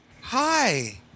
hi